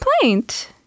complaint